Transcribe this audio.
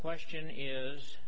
question is